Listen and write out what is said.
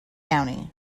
county